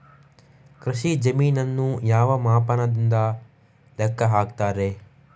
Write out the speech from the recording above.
ಕೃಷಿ ಜಮೀನನ್ನು ಯಾವ ಮಾಪನದಿಂದ ಲೆಕ್ಕ ಹಾಕ್ತರೆ?